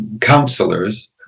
counselors